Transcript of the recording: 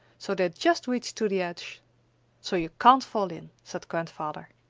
so they just reached to the edge so you can't fall in, said grandfather.